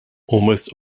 almost